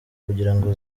kugirango